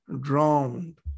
drowned